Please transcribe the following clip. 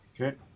Okay